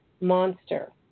monster